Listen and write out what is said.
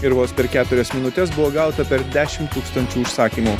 ir vos per keturias minutes buvo gauta per dešim tūkstančių užsakymų